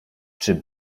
czy